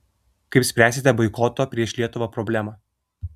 kaip spręsite boikoto prieš lietuvą problemą